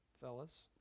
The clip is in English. fellas